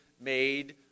made